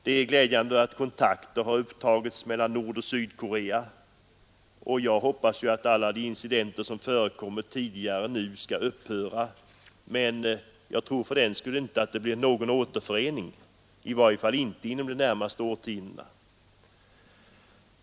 Det är glädjande att kontakter har upptagits mellan Nordoch Sydkorea och jag hoppas att alla de incidenter som förekommit tidigare nu skall upphöra, men jag tror fördenskull inte att det blir någon återförening — i varje fall inte inom de närmaste årtiondena.